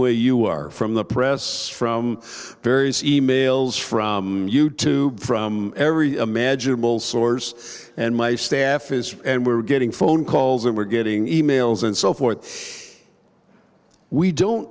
way you are from the press from various e mails from you tube from every imaginable source and my staff is and we're getting phone calls and we're getting e mails and so forth we don't